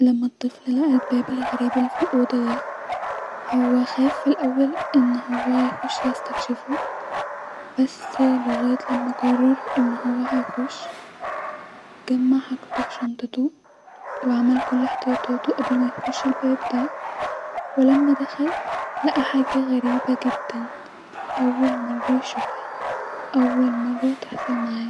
لما الطفل لقي الباب الغريب الي في الاوضه-هو خاف في الاول ان هو يخش يستكشفو-بس-لغايه لما قرر ان هو يخش-جمع حاجاتو في شنتطو-وعمل كل احتطياطاتو قبل ما يخش الباب-دا-ولما دخل لقي حاجه غريبه حدا اول مره يشوفها واول مره تحصل معاه